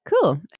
Cool